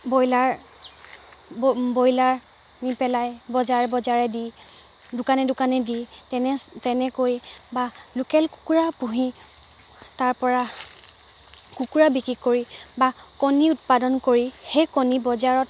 broiler broiler নি পেলাই বজাৰে বজাৰে দি দোকানে দোকানে দি তেনে তেনেকৈ বা লোকেল কুকুৰা পুহি তাৰপৰা কুকুৰা বিক্ৰী কৰি বা কণী উৎপাদন কৰি সেই কণী বজাৰত